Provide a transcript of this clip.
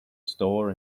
store